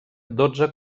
dotze